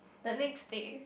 the next day